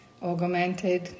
augmented